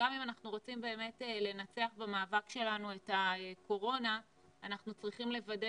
אם אנחנו רוצים באמת לנצח במאבק שלנו את הקורונה אנחנו צריכים לוודא